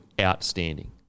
outstanding